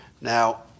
Now